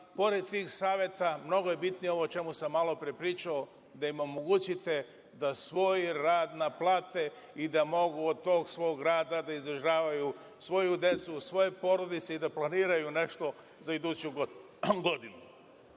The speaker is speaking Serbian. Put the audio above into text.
pored tih saveta, mnogo je bitnije ovo o čemu sam malopre pričao, da im omogućite da svoj rad naplate i da mogu od tog svog rada da izdržavaju svoju decu, svoje porodice i da planiraju nešto za iduću godinu. Kada